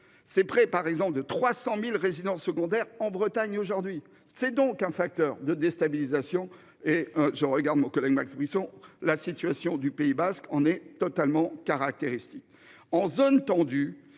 c'est prêt par exemple de 300.000 résidences secondaires en Bretagne aujourd'hui. C'est donc un facteur de déstabilisation et je regarde mon collègue Max Brisson. La situation du Pays basque. On est totalement caractéristiques.